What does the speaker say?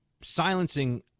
silencing